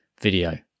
video